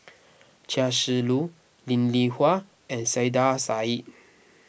Chia Shi Lu Linn in Hua and Saiedah Said